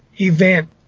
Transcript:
event